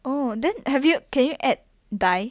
oh then have you can you add dye